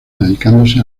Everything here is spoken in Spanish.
dedicándose